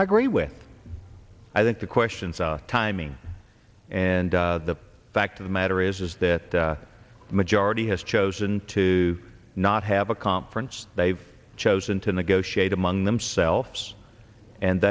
i agree with i think the questions are timing and the fact of the matter is is that the majority has chosen to not have a conference they've chosen to negotiate among themselves and